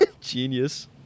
Genius